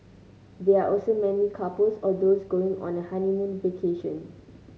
they are also mainly couples or those going on a honeymoon vacation